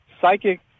psychic